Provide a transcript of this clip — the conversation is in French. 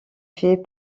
fait